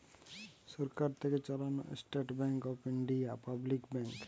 সরকার থেকে চালানো state bank of India public bank